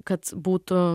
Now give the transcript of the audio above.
kad būtų